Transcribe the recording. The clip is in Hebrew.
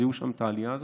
זיהו שם את העלייה הזאת.